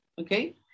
okay